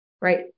right